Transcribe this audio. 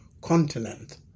continent